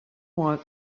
want